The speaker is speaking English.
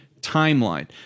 timeline